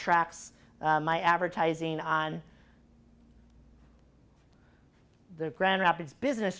tracks my advertising on the grand rapids business